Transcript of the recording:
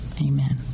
Amen